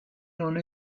l’on